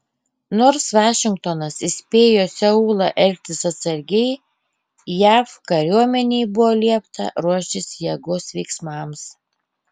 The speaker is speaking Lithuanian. nors vašingtonas įspėjo seulą elgtis atsargiai jav kariuomenei buvo liepta ruoštis jėgos veiksmams